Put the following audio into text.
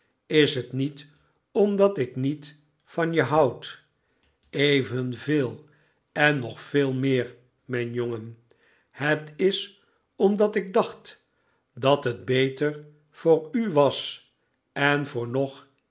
is het niet omdat ik niet van je houd evenveel en nog veel meer mijn jongen het is omdat ik dacht dat het beter voor u was en voor nog